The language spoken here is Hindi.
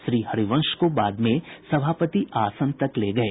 श्री हरिवंश को बाद में सभापति आसन तक ले गये